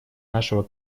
нашего